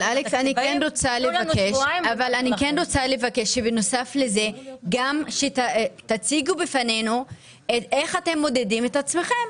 אבל אני רוצה לבקש שנוסף לזה תציגו בפנינו איך אתם מודדים את עצמכם.